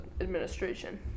administration